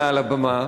מעל הבמה,